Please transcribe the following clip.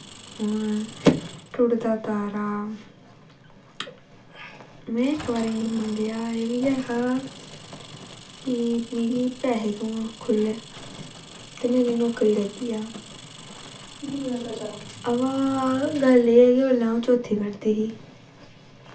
हून टुटदा तारा में इक बारी मंगेआ बी ऐहा कि मिगी पैसे थ्होन खु'ल्ले ते मेरी नौकरी लग्गी जा अवा गल्ल एह् ऐ कि अऊं उसलै चौथी पढ़दी ही